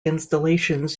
installations